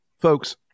Folks